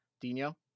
Dino